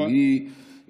אבל היא כמובן